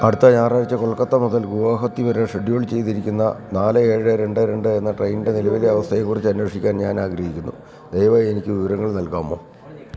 അടുത്ത ഞായറാഴ്ച കൊൽക്കത്ത മുതൽ ഗുവാഹത്തി വരെ ഷെഡ്യൂൾ ചെയ്തിരിക്കുന്ന നാല് ഏഴ് രണ്ട് രണ്ട് എന്ന ട്രെയിനിൻ്റെ നിലവിലെ അവസ്ഥയെക്കുറിച്ച് അന്വേഷിക്കാൻ ഞാൻ ആഗ്രഹിക്കുന്നു ദയവായി എനിക്ക് വിവരങ്ങൾ നൽകാമോ